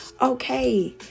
Okay